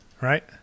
Right